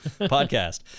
podcast